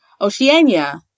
Oceania